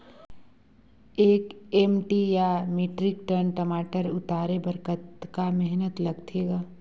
एक एम.टी या metric ton टमाटर उतारे बर कतका मेहनती लगथे ग?